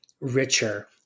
richer